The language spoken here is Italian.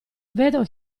vedo